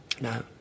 No